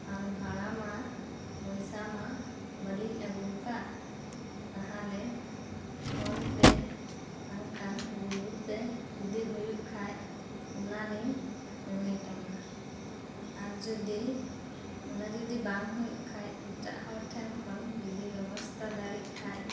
ᱟᱨ ᱵᱷᱟᱲᱟᱢᱟ ᱯᱚᱭᱥᱟᱢᱟ ᱵᱟᱹᱞᱤᱧ ᱟᱹᱜᱩ ᱟᱠᱟᱫ ᱛᱟᱦᱚᱞᱮ ᱯᱷᱳᱱᱯᱮ ᱵᱟᱝᱠᱷᱟᱱ ᱜᱩᱜᱳᱞᱯᱮ ᱤᱫᱤ ᱦᱳᱭᱳᱜ ᱠᱷᱟᱱ ᱚᱱᱟᱞᱤᱧ ᱯᱮᱢᱮᱱᱴ ᱟᱢᱟ ᱟᱨᱡᱚᱫᱤ ᱚᱱᱟᱡᱚᱫᱤ ᱵᱟᱝᱦᱳᱭᱳᱜ ᱠᱷᱟᱱ ᱮᱴᱟᱜ ᱦᱚᱲᱴᱷᱮᱱ ᱠᱷᱚᱱ ᱡᱩᱫᱤ ᱵᱮᱵᱚᱥᱛᱟ ᱫᱟᱲᱮᱜ ᱠᱷᱟᱱ